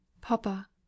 Papa